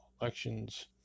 elections